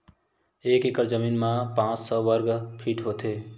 एक एकड़ जमीन मा पांच सौ साठ वर्ग फीट होथे